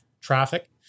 traffic